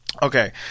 Okay